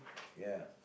ya